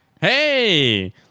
Hey